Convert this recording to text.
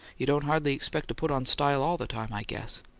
you don't hardly expect to put on style all the time, i guess.